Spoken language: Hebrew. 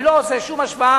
אני לא עושה שום השוואה